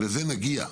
שגם אליהם נגיע.